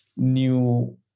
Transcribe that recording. new